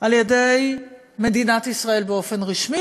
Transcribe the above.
על-ידי מדינת ישראל באופן רשמי,